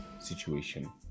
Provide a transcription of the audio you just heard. situation